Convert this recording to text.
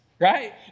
right